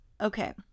Okay